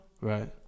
Right